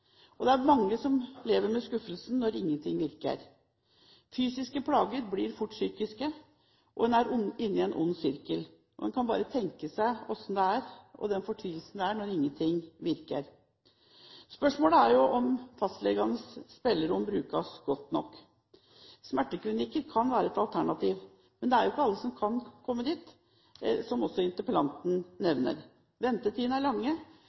bra. Det er mange som lever med skuffelsen når ingen ting virker. Fysiske plager blir fort psykiske, og en er inne i en ond sirkel. En kan bare tenke seg fortvilelsen når ingen ting virker. Spørsmålet er om fastlegenes spillerom brukes godt nok. Smerteklinikker kan være et alternativ, men ikke alle kan komme dit, noe også interpellanten nevner. Ventetidene er ofte lange, og ikke alle som henvises, kommer heller inn etter vurdering. Det er